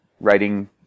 writing